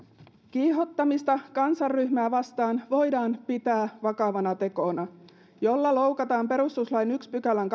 kiihottamista kansanryhmää vastaan voidaan pitää vakavana tekona jolla loukataan perustuslain ensimmäisen pykälän